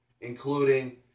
including